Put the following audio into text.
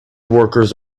workers